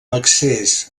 accés